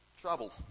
Trouble